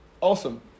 Awesome